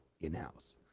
in-house